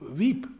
weep